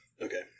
Okay